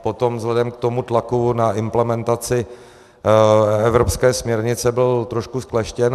Potom vzhledem k tomu tlaku na implementaci evropské směrnice byl trošku zkleštěn.